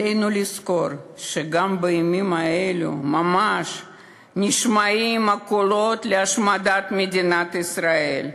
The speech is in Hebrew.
עלינו לזכור שגם בימים האלה ממש נשמעים הקולות להשמדת מדינת ישראל.